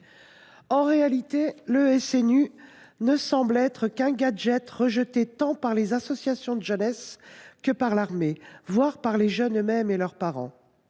En réalité, le SNU ne semble qu’un gadget rejeté tant par les associations de jeunesse que par l’armée, voire par les jeunes eux mêmes et leurs parents.